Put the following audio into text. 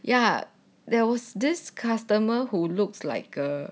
ya there was this customer who looks like a